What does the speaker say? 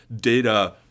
data